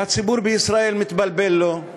והציבור בישראל מתבלבל לו.